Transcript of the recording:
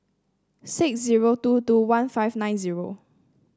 six zero two two one five nine zero